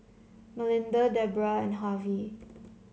Melinda Debrah and Harvy